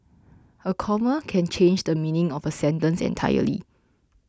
a comma can change the meaning of a sentence entirely